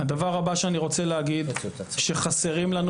הדבר הבא שאני רוצה להגיד שחסרים לנו